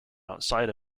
outside